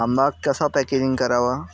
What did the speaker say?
आंबा कसा पॅकेजिंग करावा?